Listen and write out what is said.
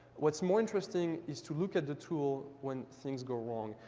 what's more interesting is to look at the tool when things go wrong.